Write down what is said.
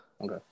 Okay